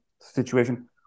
situation